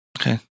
Okay